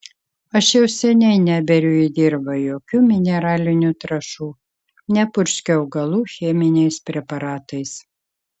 aš jau seniai neberiu į dirvą jokių mineralinių trąšų nepurškiu augalų cheminiais preparatais